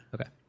okay